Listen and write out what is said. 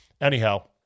Anyhow